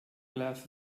glas